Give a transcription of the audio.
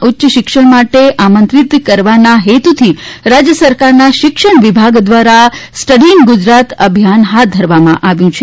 ઉચ્ચશિક્ષણ માટે આમંત્રણ આપવાના હેતુથી રાજ્ય સરકારના શિક્ષણ વિભાગ દ્વારાસ્ટડી ઈન ગુજરાત અભિયાન હાથ ધરવામાં આવ્યું છે